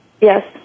Yes